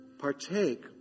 Partake